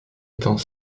étant